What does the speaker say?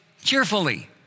cheerfully